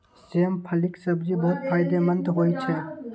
सेम फलीक सब्जी बहुत फायदेमंद होइ छै